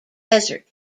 desert